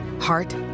heart